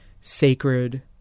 sacred